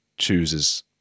chooses